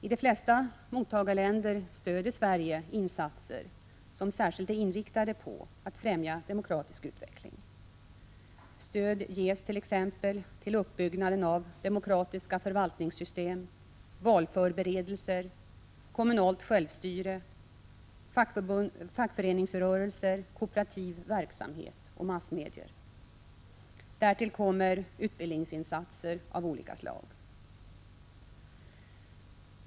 I de flesta mottagarländer stöder Sverige insatser som särskilt är inriktade på att främja en demokratisk utveckling. Stöd ges exempelvis till uppbyggnaden av demokratiska förvaltningssystem, valförberedelser, kommunalt självstyre, fackföreningsrörelser, kooperativ verksamhet och massmedier. Därtill kommer utbildningsinsatser av olika slag.